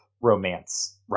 romance